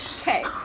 Okay